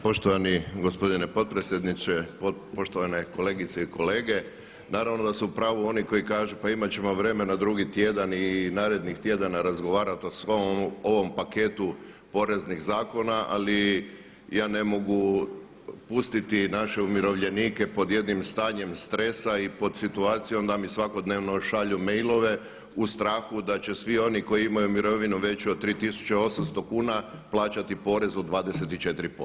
Poštovani gospodine potpredsjedniče, poštovane kolegice i kolege naravno da su u pravu oni koji kažu pa imat ćemo vremena drugi tjedan i narednih tjedana razgovarati o svom ovom paketu poreznih zakona, ali ja ne mogu pustiti naše umirovljenike pod jednim stanjem stresa i pod situacijom da mi svakodnevno šalju e-mailove u strahu da će svi oni koji imaju mirovinu veću od 3800 kn plaćati porez od 24%